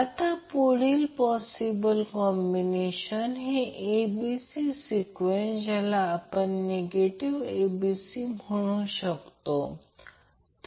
आता प्रश्न असा आहे की हा एक रोटर आहे तो सभोवताली स्थिर भागाने वेढलेला आहे आणि फिजिकली हे वायंडीग एकमेकांपासून 120° वेगळे आहेत